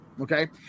Okay